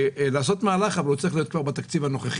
אני מבקש לעשות מהלך אבל הוא צריך להיות בתקציב הנוכחי,